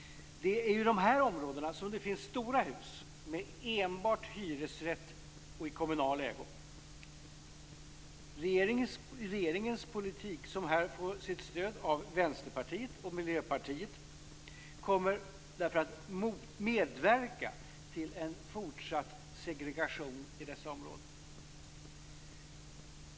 Det är ju i de här områdena som det finns stora hus med enbart hyresrätt i kommunal ägo. Regeringens politik, som här får sitt stöd av Vänsterpartiet och Miljöpartiet, kommer därför att medverka till fortsatt segregation i dessa områden.